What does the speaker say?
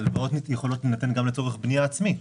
ההלוואות יכולות להינתן גם לצורך בנייה עצמית.